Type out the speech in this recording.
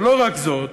ולא רק זאת,